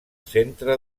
centre